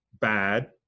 bad